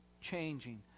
changing